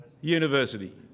University